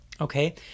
okay